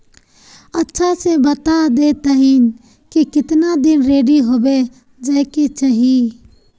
अच्छा से बता देतहिन की कीतना दिन रेडी होबे जाय के चही?